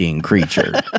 creature